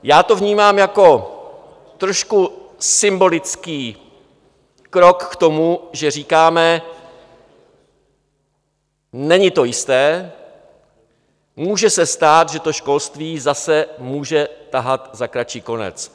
Já to vnímám jako symbolický krok k tomu, že říkáme: není to jisté, může se stát, že to školství zase může tahat za kratší konec.